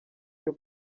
cyo